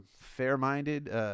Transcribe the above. fair-minded